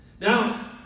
Now